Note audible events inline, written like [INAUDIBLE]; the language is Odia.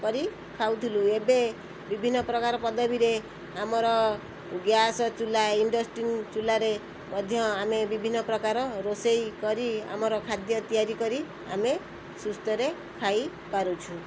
କରି ଖାଉଥୁଲୁ ଏବେ ବିଭନ୍ନ ପ୍ରକାର ପଦ୍ଧତିରେ ଆମ ଗ୍ୟାସ୍ ଚୁଲା [UNINTELLIGIBLE] ଚୁଲାରେ ଆମେ ମଧ୍ୟ ଆମେ ବିଭନ୍ନ ପ୍ରକାର ରୋଷେଇ କରି ଆମର ଖାଦ୍ୟ ତିଆରି କରି ଆମେ ସୁସ୍ଥରେ ଖାଇପାରୁଛୁ